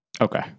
Okay